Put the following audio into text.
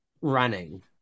running